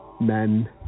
men